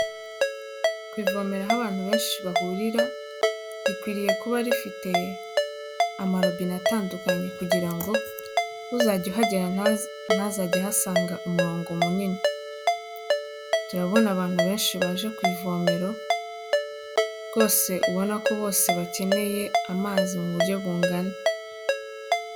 Ku ivomero aho abantu benshi bahurira, rikwiriye kuba rifite amarobine atandukanye kugira ngo uzajya uhagera ntazajye ahasanga umurongo munini, turabona abantu benshi baje ku ivomero rwose ubona ko bose bakeneye amazi mu buryo bungana.